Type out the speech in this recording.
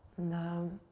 the